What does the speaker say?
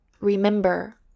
remember